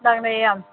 ꯅꯛꯅꯩꯌꯦ ꯌꯥꯝꯅ